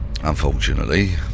unfortunately